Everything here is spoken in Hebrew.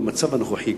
במצב הנוכחי,